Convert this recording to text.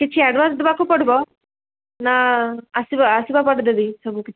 କିଛି ଆଡ଼ଭାନ୍ସ ଦେବାକୁ ପଡ଼ିବ ନା ଆସିବା ଆସିବା ପରେ ଦେବି ସବୁ କିଛି